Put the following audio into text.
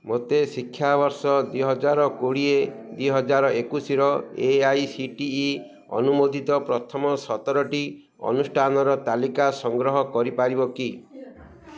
ମୋତେ ଶିକ୍ଷାବର୍ଷ ଦୁଇ ହଜାର କୋଡ଼ିଏ ଦୁଇ ହଜାର ଏକୋଇଶୀର A I C T E ଅନୁମୋଦିତ ପ୍ରଥମ ସତରଟି ଅନୁଷ୍ଠାନର ତାଲିକା ସଂଗ୍ରହ କରିପାରିବ କି